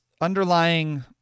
underlying